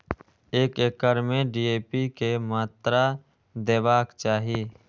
एक एकड़ में डी.ए.पी के मात्रा देबाक चाही?